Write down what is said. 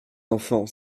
enfants